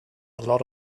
lot